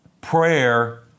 Prayer